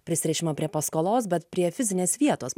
prisirišimą prie paskolos bet prie fizinės vietos